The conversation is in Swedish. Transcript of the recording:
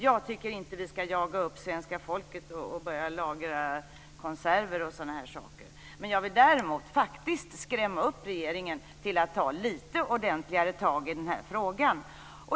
Jag tycker inte att vi skall jaga upp svenska folket och börja lagra konserver och sådant, men jag vill däremot faktiskt skrämma upp regeringen till att ta lite ordentligare tag i den här frågan.